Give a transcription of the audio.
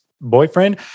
boyfriend